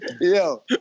Yo